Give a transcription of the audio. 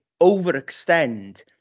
overextend